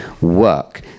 work